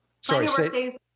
Sorry